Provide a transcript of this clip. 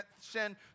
sin